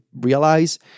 realize